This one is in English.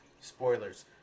Spoilers